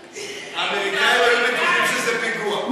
האמריקאים היו בטוחים שזה פיגוע.